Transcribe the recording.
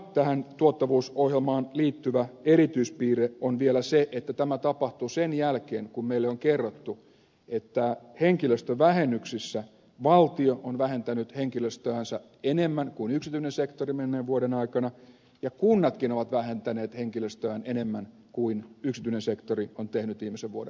tähän tuottavuusohjelmaan liittyvä erityispiirre on vielä se että tämä tapahtuu sen jälkeen kun meille on kerrottu että henkilöstövähennyksissä valtio on vähentänyt henkilöstöänsä enemmän kuin yksityinen sektori menneen vuoden aikana ja kunnatkin ovat vähentäneet henkilöstöään enemmän kuin yksityinen sektori on tehnyt viimeisen vuoden aikana